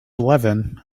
eleven